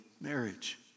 marriage